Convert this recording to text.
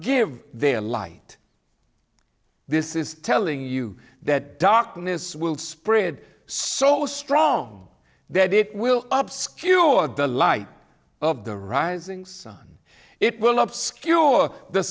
give their light this is telling you that darkness will spread so strong that it will up skewered the light of the rising sun it will obscure the